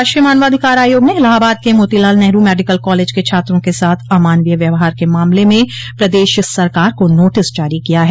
राष्ट्रीय मानवाधिकार आयोग ने इलाहाबाद के मोतीलाल नेहरू मेडिकल कॉलेज के छात्रों के साथ अमानवीय व्यवहार के मामले में प्रदेश सरकार को नोटिस जारी किया है